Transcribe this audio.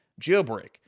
jailbreak